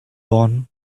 born